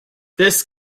this